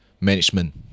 management